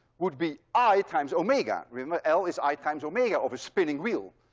would be i times omega. remember, l is i times omega of a spinning wheel.